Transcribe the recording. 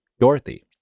Dorothy